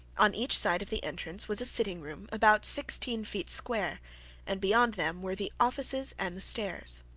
on each side of the entrance was a sitting room, about sixteen feet square and beyond them were the offices and the stairs.